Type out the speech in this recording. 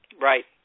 Right